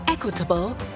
Equitable